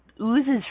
oozes